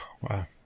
wow